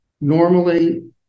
Normally